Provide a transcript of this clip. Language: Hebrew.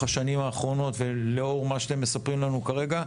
השנים האחרונות ולאור מה שאתם מספרים לנו כרגע,